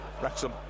Wrexham